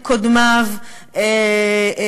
שקודמיו